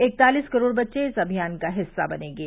इकतालिस करोड़ बच्चे इस अभियान का हिस्सा बनेंगे